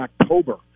October